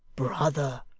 brother,